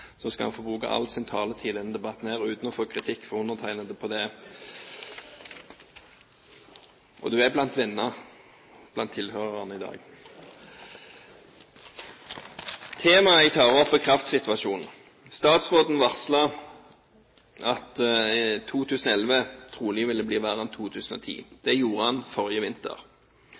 så skal han få bruke all sin taletid i denne debatten uten å få kritikk fra undertegnede! Han er blant venner blant tilhørerne i dag. Temaet jeg tar opp, er kraftsituasjonen. Statsråden varslet at 2011 trolig ville bli verre enn 2010. Det gjorde han forrige vinter.